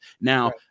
Now